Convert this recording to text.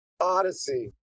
odyssey